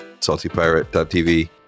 saltypirate.tv